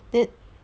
th~